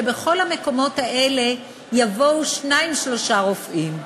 שבכל המקומות האלה יבואו שניים, שלושה רופאים.